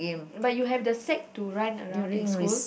but you have the sack to run around in school